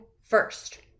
first